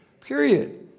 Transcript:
period